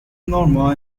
norma